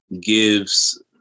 gives